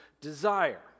desire